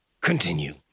Continue